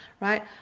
Right